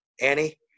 Annie